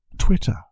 Twitter